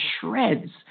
shreds